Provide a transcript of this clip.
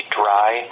dry